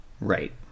Right